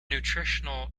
nutritional